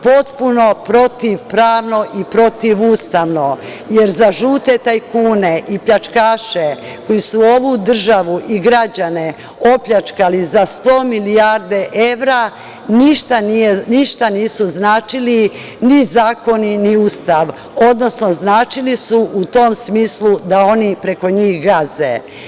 Potpuno protivpravno i protivustavno, jer za žute tajkune i pljačkaše koji su ovu državu i građane opljačkali za 100 milijardi evra ništa nisu značili ni zakoni, ni Ustav, odnosno značili su u tom smislu da oni preko njih gaze.